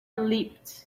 leapt